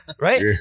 Right